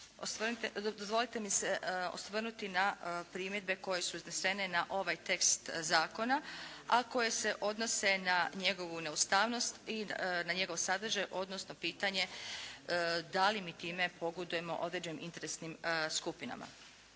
Dozvolite mi se osvrnuti na primjedbe koje su iznesene na ovaj tekst Zakona, a koje se odnose na njegovu neustavnost i na njegov sadržaj, odnosno pitanje da li mi time pogodujemo određenim interesnim skupinama.